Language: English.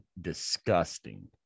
disgusting